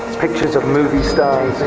pictures of movie stars,